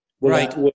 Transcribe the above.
right